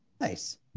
Nice